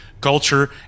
culture